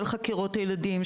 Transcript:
של חקירות הילדים,